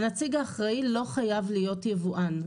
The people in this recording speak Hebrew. הנציג האחראי לא חייב להיות יבואן.